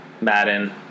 Madden